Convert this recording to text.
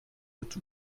hat